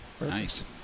Nice